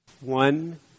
One